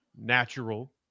natural